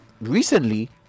recently